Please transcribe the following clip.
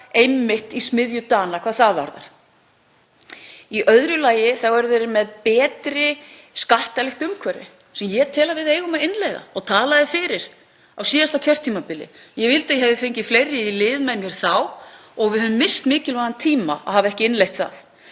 einmitt í smiðju Dana hvað það varðar. Í öðru lagi eru Danir með betri skattalegt umhverfi sem ég tel að við eigum að innleiða og talaði fyrir því á síðasta kjörtímabili. Ég vildi að ég hefði fengið fleiri í lið með mér þá því að við höfum misst mikilvægan tíma við að hafa ekki innleitt það.